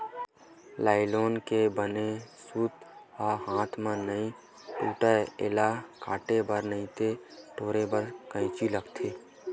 nylon के बने सूत ह हाथ म नइ टूटय, एला काटे बर नइते टोरे बर कइची लागथे